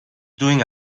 doing